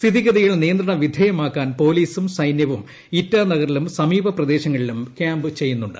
സ്ഥിതി ഗതികൾ നിയന്ത്രണ വിധേയമാക്കാൻ പൊലീസും സൈന്യവും ഇറ്റാ നഗറിലും സമീപപ്രദേശങ്ങളിലും ക്യാമ്പ് ചെയ്യുന്നുണ്ട്